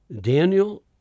Daniel